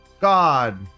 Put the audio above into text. God